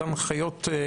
מתן הנחיות לחולה?